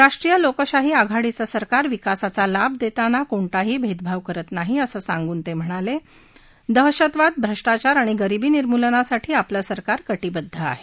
राष्ट्रीय लोकशाही आघाडीचं सरकार विकासाचा लाभ देताना कोणताही भेदभाव करत नाही असं सांगून ते म्हणाले दहशतवाद भ्रष्टाचार आणि गरीबी निर्मूलनासाठी आपलं सरकार कटिबद्ध आहे